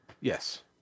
Yes